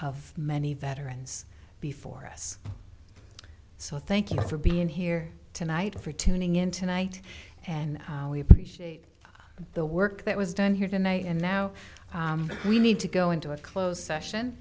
of many veterans before us so thank you for being here tonight for tuning in tonight and we appreciate the work that was done here tonight and now we need to go into a closed session